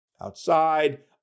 outside